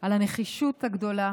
על הנחישות הגדולה,